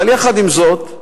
אבל יחד עם זאת,